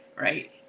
Right